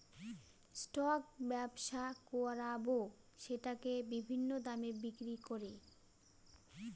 stock ব্যবসা করাবো সেটাকে বিভিন্ন দামে বিক্রি করে